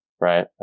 Right